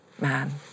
man